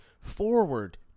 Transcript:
forward